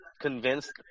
convinced